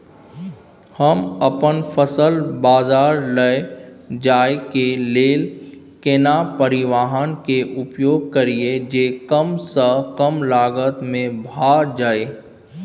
हम अपन फसल बाजार लैय जाय के लेल केना परिवहन के उपयोग करिये जे कम स कम लागत में भ जाय?